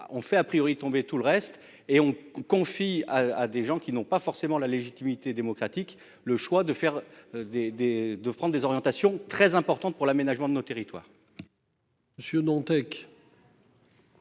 en fait a priori tomber tout le reste et on confie. À des gens qui n'ont pas forcément la légitimité démocratique. Le choix de faire des des de prendre des orientations très importantes pour l'aménagement de notre territoire.